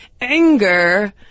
anger